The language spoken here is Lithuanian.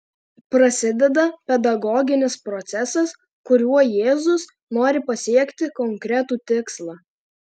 prasideda pedagoginis procesas kuriuo jėzus nori pasiekti konkretų tikslą